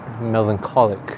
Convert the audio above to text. melancholic